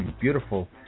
Beautiful